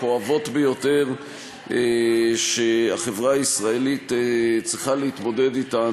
הכואבות ביותר שהחברה הישראלית צריכה להתמודד אתן,